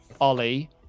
Ollie